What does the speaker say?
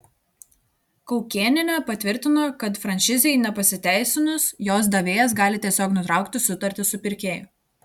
kaukėnienė patvirtino kad franšizei nepasiteisinus jos davėjas gali tiesiog nutraukti sutartį su pirkėju